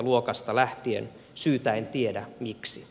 luokasta lähtien syytä en tiedä miksi